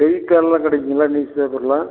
செய்திதாளெல்லாம் கிடைக்குங்களா நியூஸ் பேப்பரெல்லாம்